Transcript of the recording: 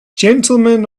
gentlemen